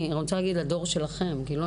לדור שלנו